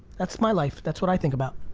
that's my life. that's what i think about.